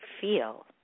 feel